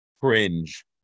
cringe